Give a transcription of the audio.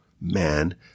man